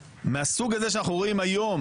מהסוג הזה שאנחנו רואים היום,